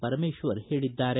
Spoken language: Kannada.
ಪರಮೇಶ್ವರ್ ಹೇಳಿದ್ದಾರೆ